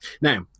Now